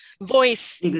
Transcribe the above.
voice